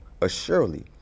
Assuredly